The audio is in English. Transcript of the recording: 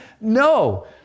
No